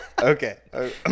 okay